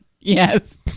Yes